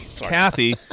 Kathy